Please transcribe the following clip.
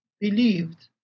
believed